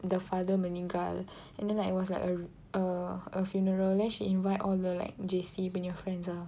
the father meninggal and then like it was a a a funeral then she invite all the like J_C punya friends ah